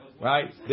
Right